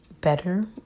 better